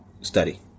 study